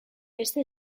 beste